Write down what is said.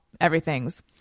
everything's